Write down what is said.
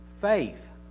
faith